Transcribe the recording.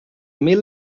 mil